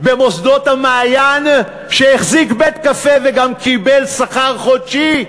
במוסדות "המעיין" שהחזיק בית-קפה וגם קיבל שכר חודשי.